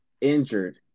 injured